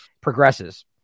progresses